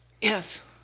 Yes